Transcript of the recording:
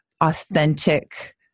authentic